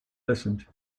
listened